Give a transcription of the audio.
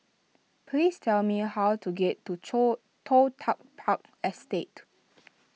please tell me how to get to Chore Toh Tuck Park Estate